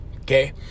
okay